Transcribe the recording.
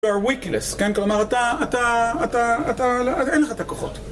There are weakness, כן? כלומר אתה, אין לך את הכוחות.